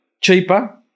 cheaper